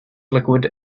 liquid